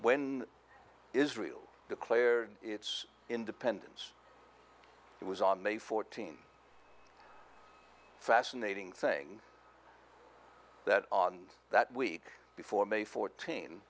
when israel declared its independence it was on may fourteenth fascinating thing that on that week before may fourteen